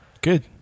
Good